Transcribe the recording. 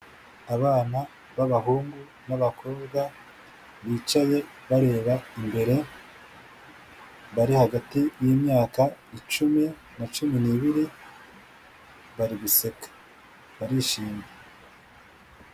Abana b'abahungu n'abakobwa bicaye bareba imbere bari hagati y'imyaka icumi na cumi n'ibiri bari guseka barishimye.